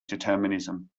determinism